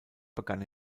begann